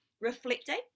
reflecting